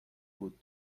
بود